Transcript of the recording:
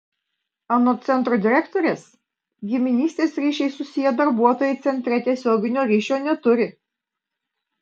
anot centro direktorės giminystės ryšiais susiję darbuotojai centre tiesioginio ryšio neturi